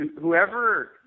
whoever